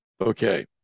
okay